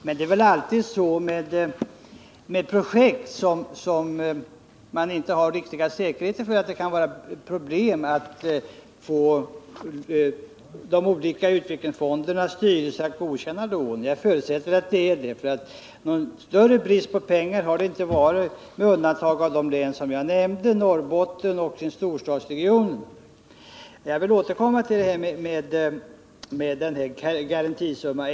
Men det är väl alltid så med projekt som man inte harriktiga säkerheter för, att det kan vara problem när det gäller att få de olika utvecklingsfondernas styrelser att godkänna lån. Jag förutsätter att det är detta det är fråga om, för någon större brist på pengar har det inte varit, med undantag av, som jag nämnde, Norrlandslänen och Storstockholmsregionen. Jag vill återkomma till detta med garantisumma.